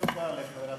תודה לחברת